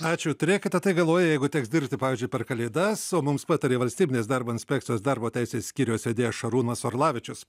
ačiū turėkite tai galvoje jeigu teks dirbti pavyzdžiui per kalėdas o mums patarė valstybinės darbo inspekcijos darbo teisės skyriaus vedėjas šarūnas orlavičius